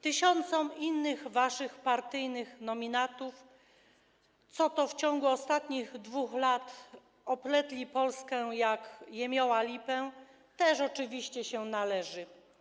Tysiącom innych waszych partyjnych nominatów, co to w ciągu ostatnich 2 lat opletli Polskę jak jemioła lipę, też oczywiście się należy.